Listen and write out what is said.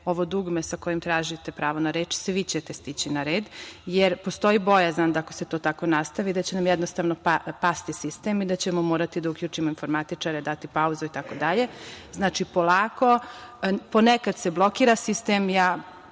ovo dugme sa kojim tražite pravo na reč. Svi ćete stići na red, jer postoji bojazan ako se to tako nastavi da će nam jednostavni pasti sistem i da ćemo morati da uključimo informatičare, dati pauzu itd. Znači, polako, ponekad se blokira sistem, ja